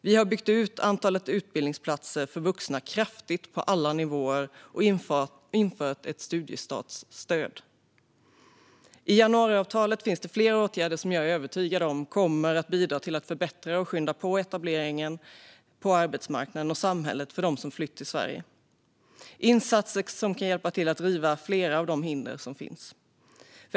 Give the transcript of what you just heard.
Vi har byggt ut antalet utbildningsplatser för vuxna kraftigt på alla nivåer och infört ett studiestartsstöd. I januariavtalet finns flera åtgärder som jag är övertygad om kommer att bidra till att förbättra och skynda på etableringen på arbetsmarknaden och i samhället för dem som flytt till Sverige. Det är insatser som kan hjälpa till att riva flera av de hinder som finns.